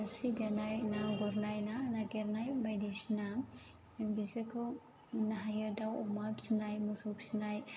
सि दानाय ना गुरनाय ना नागिरनाय बायदिसिना बेसोरखौ नाहैयो दाउ अमा फिनाय मोसौ फिनाय